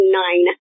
nine